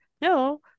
No